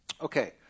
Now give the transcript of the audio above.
Okay